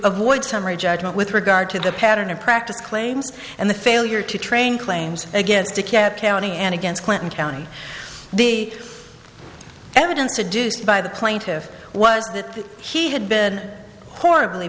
avoid summary judgment with regard to the pattern of practice claims and the failure to train claims against a cat county and against clinton county the evidence to do so by the plaintiffs was that he had been horribly